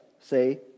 say